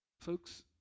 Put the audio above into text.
Folks